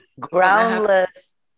Groundless